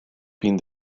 fin